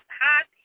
hot